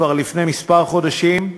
כבר לפני כמה חודשים,